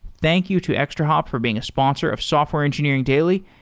thank you to extrahop for being a sponsor of software engineering daily,